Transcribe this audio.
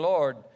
Lord